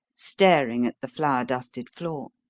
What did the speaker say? staring at the flour-dusted floor.